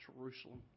Jerusalem